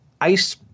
ice